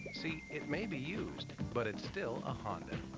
see, it may be used, but it's still a honda.